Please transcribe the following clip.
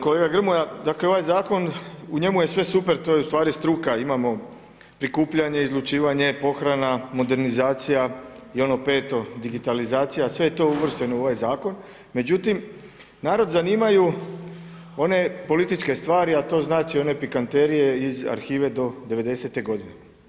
Kolega Grmoja, dakle ovaj zakon u njemu sve super to je ustvari struka, imamo prikupljanje, izlučivanje, pohrana, modernizacija i ono peto digitalizacija sve je to uvršteno u ovaj zakon, međutim narod zanimaju one političke stvari, a to znači one pikanterije iz arhive do '90.-te godine.